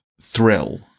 thrill